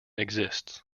exists